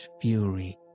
fury